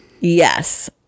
Yes